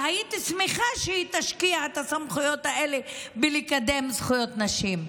והייתי שמחה שהיא תשקיע את הסמכויות האלה בקידום זכויות נשים.